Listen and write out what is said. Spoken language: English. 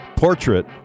Portrait